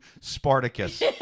Spartacus